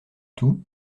tout